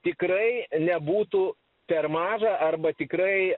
tikrai nebūtų per maža arba tikrai